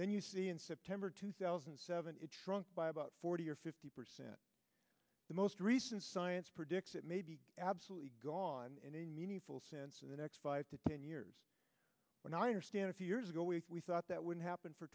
then you see in september two thousand and seven it shrunk by about forty or fifty percent the most recent science predicts it may be absolutely gone in a meaningful sense of the next five to ten years when i understand a few years ago we thought that would happen for